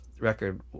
record